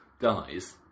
dies